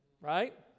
Right